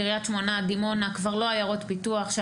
קריית שמונה, דימונה, כבר לא עיירות פיתוח.